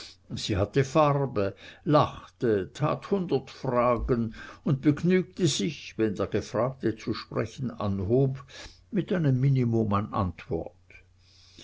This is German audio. sie hatte farbe lachte tat hundert fragen und begnügte sich wenn der gefragte zu sprechen anhob mit einem minimum von antwort